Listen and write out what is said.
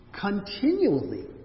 continually